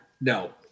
No